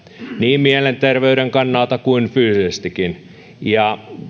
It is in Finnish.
niin mielenterveyden kannalta kuin fyysisestikin